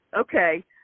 okay